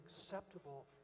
acceptable